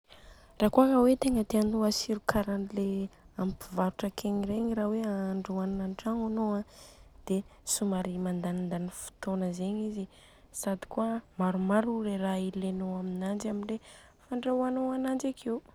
Raha kôa ka hoe tianô atsiro kara le amin'ny mivarotra akegny regny raha hoe ahandro hanina an-tragno anô a, dia somary mandanindany fotôna zegny izy sady kôa maromaro o le raha ilenô aminanjy amle fandrahôanô ananjy akeo.